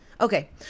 Okay